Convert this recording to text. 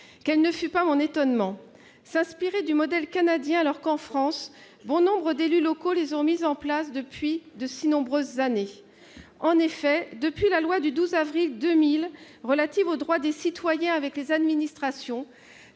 Quel ne fut pas mon étonnement ! S'inspirer du modèle canadien, alors que, en France, bon nombre d'élus locaux ont mis en place de telles structures depuis de si nombreuses années ... En effet, depuis la loi du 12 avril 2000 relative aux droits des citoyens avec les administrations,